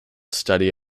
study